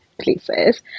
places